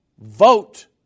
vote